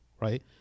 right